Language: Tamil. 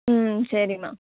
ம் சரிம்மா